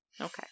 okay